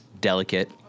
delicate